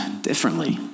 differently